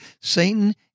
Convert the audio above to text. Satan